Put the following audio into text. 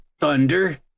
Thunder